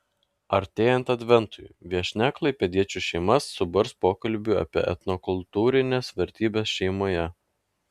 artėjant adventui viešnia klaipėdiečių šeimas suburs pokalbiui apie etnokultūrines vertybes šeimoje